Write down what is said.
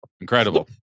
Incredible